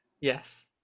yes